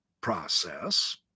process